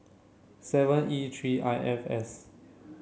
seven E three I F S